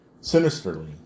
sinisterly